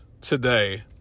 today